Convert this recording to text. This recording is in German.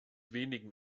wenigen